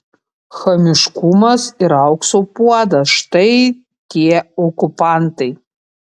chamiškumas ir aukso puodas štai tie okupantai